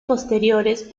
posteriores